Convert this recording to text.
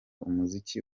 umuziki